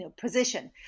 position